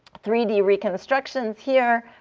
three d reconstructions here.